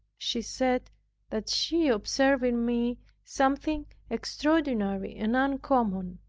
she said that she observed in me something extraordinary and uncommon.